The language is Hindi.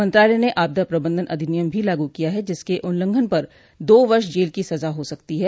मंत्रालय ने आपदा प्रबंधन अधिनियम भी लागू किया है जिसके उल्लंघन पर दो वर्ष जेल की सजा हो सकती है